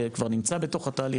כבר נמצא בתוך התהליך,